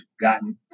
gotten